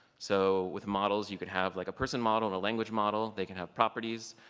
so with models you can have like a person model and a language model, they can have properties,